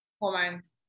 hormones